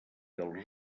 els